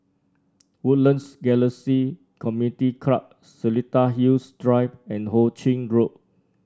Woodlands Galaxy Community Club Seletar Hills Drive and Ho Ching Road